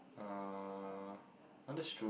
uh oh that's true